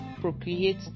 procreate